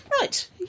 Right